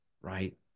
right